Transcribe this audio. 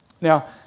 Now